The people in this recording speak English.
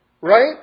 right